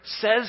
says